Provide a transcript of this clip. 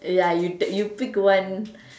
ya you you pick one